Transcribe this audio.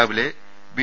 രാവിലെ ബി